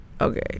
okay